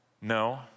No